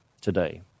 today